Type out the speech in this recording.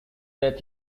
death